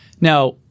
Now